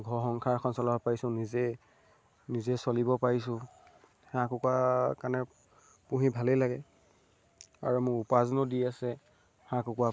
ঘৰ সংসাৰ এখন চলাব পাৰিছোঁ নিজে নিজে চলিব পাৰিছোঁ হাঁহ কুকুৰা কাৰণে পুহি ভালেই লাগে আৰু মোৰ উপাৰ্জনো দি আছে হাঁহ কুকুৰাক